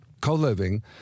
co-living